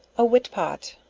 a whitpot.